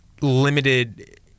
limited